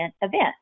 event